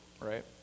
right